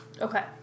Okay